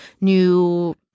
new